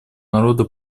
народа